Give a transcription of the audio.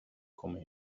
come